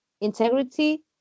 integrity